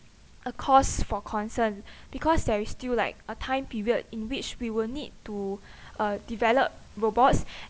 a cause for concern because there is still like a time period in which we will need to uh develop robots